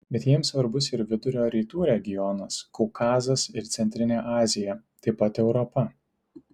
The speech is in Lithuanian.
bet jiems svarbus ir vidurio rytų regionas kaukazas ir centrinė azija taip pat europa